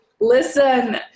listen